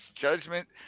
judgment